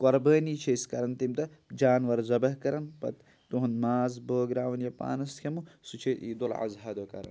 قۄربٲنی چھِ أسۍ کَران تمہِ دۄہ جاناوار ذبح کَران پَتہٕ تُہُنٛد ماز بٲگراوان یا پانَس کھٮ۪مو سُہ چھِ عیدالاضحیٰ دۄہ کَران